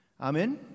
Amen